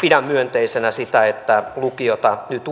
pidän myönteisenä sitä että lukiota nyt